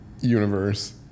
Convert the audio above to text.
universe